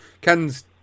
ken's